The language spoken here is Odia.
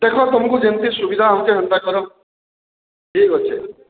ଦେଖ ତମ୍କୁ ଯେମ୍ତି ସୁବିଧା ହଉଛେ ହେନ୍ତା କର ଠିକ ଅଛେ